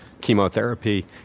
chemotherapy